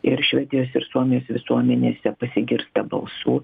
ir švedijos ir suomijos visuomenėse pasigirsta balsų